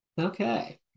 Okay